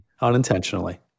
Unintentionally